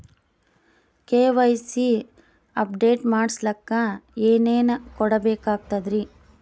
KYC update ಮಾಡಸ್ಲಕ ಏನೇನ ಕೊಡಬೇಕಾಗ್ತದ್ರಿ?